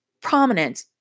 prominent